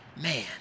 Man